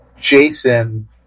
Jason